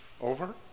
over